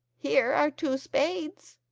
here are two spades.